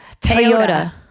Toyota